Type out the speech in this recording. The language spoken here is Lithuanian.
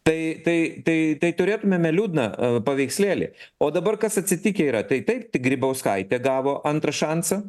tai tai tai tai turėtumėme liūdną paveikslėlį o dabar kas atsitikę yra tai taip tik grybauskaitė gavo antrą šansą